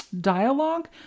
Dialogue